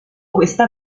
questa